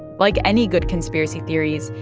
like any good conspiracy theories,